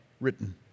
written